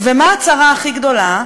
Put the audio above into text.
ומה הצרה הכי גדולה?